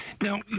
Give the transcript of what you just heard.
Now